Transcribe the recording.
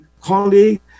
colleague